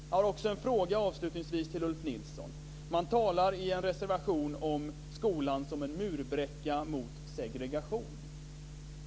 Jag har avslutningsvis en fråga till Ulf Nilsson. Man talar i en reservation om skolan som en murbräcka mot segregation.